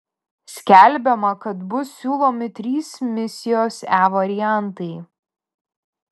skelbiama kad bus siūlomi trys misijos e variantai